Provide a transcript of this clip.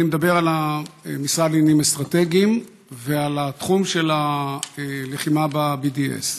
אני מדבר על המשרד לעניינים אסטרטגיים ועל התחום של הלחימה ב-BDS.